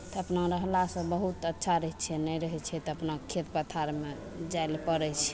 तऽ अपना रहलासँ बहुत अच्छा रहय छै नहि रहय छै तऽ अपना खेत पथारमे जाइ लए पड़य छै